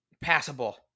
passable